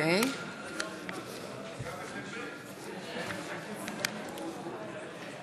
(קוראת בשמות חברי הכנסת)